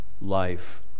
life